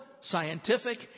scientific